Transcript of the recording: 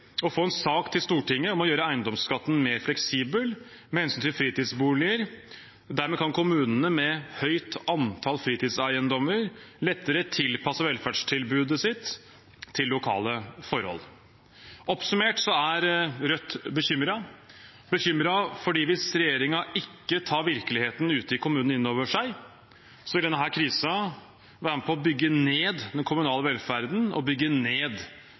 å få en sak til Stortinget om å gjøre eiendomsskatten mer fleksibel med hensyn til fritidsboliger. Dermed kan kommuner med et høyt antall fritidseiendommer lettere tilpasse velferdstilbudet sitt til lokale forhold. Oppsummert er Rødt bekymret – for hvis regjeringen ikke tar virkeligheten ute i kommunene inn over seg, vil denne krisen være med på å bygge ned den kommunale velferden og